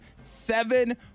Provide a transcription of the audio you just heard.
seven